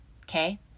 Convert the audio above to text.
Okay